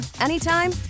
anytime